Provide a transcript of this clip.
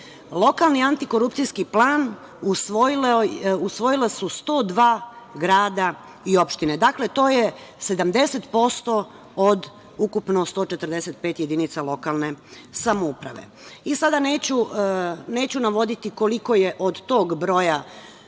lokalni antikorupcijski plan usvojila su 102 grada i opštine. Dakle, to je 70% od ukupno 145 jedinica lokalne samouprave. Sada neću navoditi koliko je od tog broja